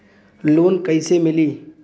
Loan कइसे मिलि?